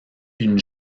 une